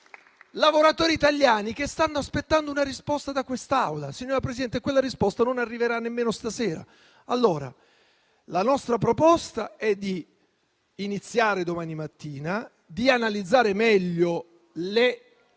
lavoratori italiani che stanno aspettando una risposta da quest'Aula. Signor Presidente, quella risposta non arriverà nemmeno stasera. Allora la nostra proposta è di iniziare domani mattina, di analizzare meglio le